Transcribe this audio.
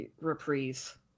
Reprise